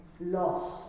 lost